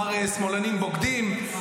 מר "שמאלנים בוגדים".